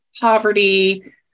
poverty